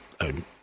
own